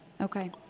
Okay